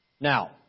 Now